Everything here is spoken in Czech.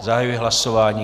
Zahajuji hlasování.